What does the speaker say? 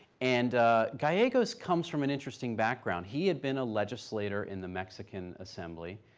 and gallegos comes from an interesting background. he had been a legislator in the mexican assembly,